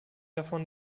davon